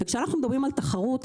וכשאנחנו מדברים על תחרות,